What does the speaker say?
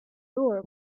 door